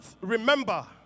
remember